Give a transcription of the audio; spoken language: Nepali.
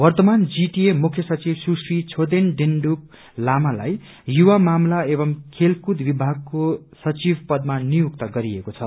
वर्तमान जीटीए मुख्य सचिव सुश्री छोदेन डेण्डुप लामालाई युवा मामला एवं खेलकूद विभागको सचिव पदमा नियुक्त गरिएको छ